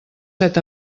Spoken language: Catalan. set